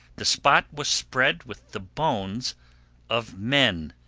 the spot was spread with the bones of men.